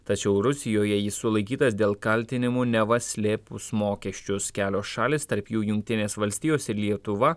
tačiau rusijoje jis sulaikytas dėl kaltinimų neva slėpus mokesčius kelios šalys tarp jų jungtinės valstijos ir lietuva